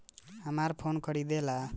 हमरा फोन खरीदे ला लोन मिल जायी?